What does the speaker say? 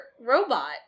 robot